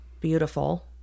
beautiful